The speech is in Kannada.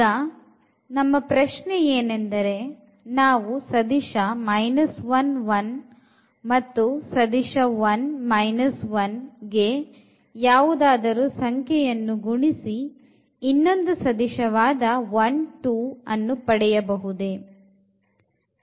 ಈಗ ಪ್ರಶ್ನೆ ಏನೆಂದರೆ ನಾವು ಸದಿಶ 1 1 ಮತ್ತು ಸದಿಶ 1 1 ಗೆ ಯಾವುದಾದರೂ ಸಂಖ್ಯೆಯನ್ನು ಗುಣಿಸಿ ಇನ್ನೊಂದು ಸದಿಶವಾದ 1 2 ಅನ್ನು ಪಡೆಯಬಹುದೇ